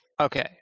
Okay